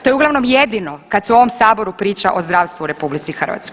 To je uglavnom jedino kad se u ovom saboru priča o zdravstvu u RH.